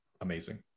amazing